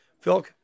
Phil